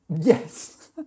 Yes